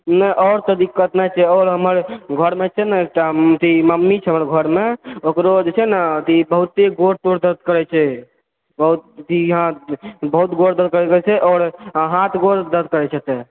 नहि और तऽ दिक्कत नहि छै और हमर घर मे छै ने एकटा अथी मम्मी छै हमर घर मे ओकरो जे छै ने अथी बहुत तेज गोर तोर दरद करै छै बहुत अथी हँ बहुत गोर दरद करैत रहै छै और हाथ गोर दरद करै छै से